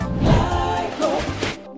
life